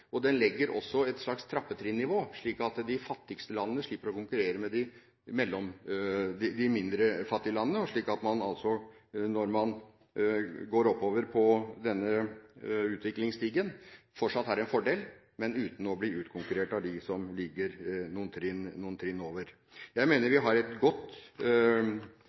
og den har vært forbedret. Den legger også opp til ulike nivåer eller trinn slik at de fattigste landene slipper å konkurrere med de mindre fattige landene, og slik at når man går oppover på denne utviklingsstigen, fortsatt har en fordel, men at man ikke blir utkonkurrert av dem som ligger noen trinn over. Jeg mener vi har